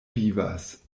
vivas